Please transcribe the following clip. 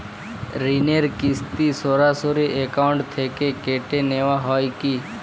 ঋণের কিস্তি সরাসরি অ্যাকাউন্ট থেকে কেটে নেওয়া হয় কি?